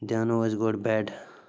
دیٛانوو اَسہِ گۄڈٕ بٮ۪ڈ